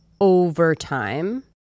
overtime